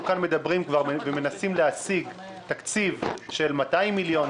כאן כבר מדברים ומנסים להשיג תקציב של 200 מיליון,